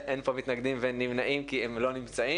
אין פה מתנגדים ואין נמנעים כי הם לא נמצאים,